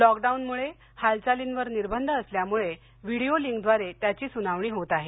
लॉकडाऊनमुळे हालचालींवर निर्बंध असल्यामुळे व्हीडीओ लिंकद्वारे त्याची सुनावणी होत आहे